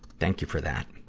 thank you for that.